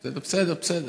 בסדר, בסדר.